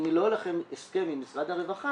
אם לא יהיה לכם הסכם עם משרד הרווחה,